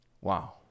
Wow